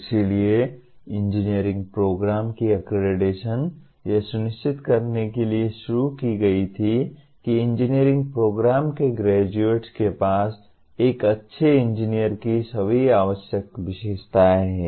इसलिए engineering programme की accreditation यह सुनिश्चित करने के लिए शुरू की गई थी कि इंजीनियरिंग प्रोग्राम के ग्रेजुएट्स के पास एक अच्छे इंजीनियर की सभी आवश्यक विशेषताएं हैं